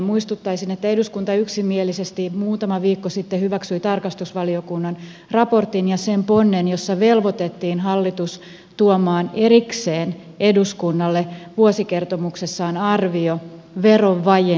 muistuttaisin että eduskunta yksimielisesti muutama viikko sitten hyväksyi tarkastusvaliokunnan raportin ja sen ponnen jossa velvoitettiin hallitus tuomaan erikseen eduskunnalle vuosikertomuksessaan arvio verovajeen suuruudesta